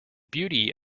beauty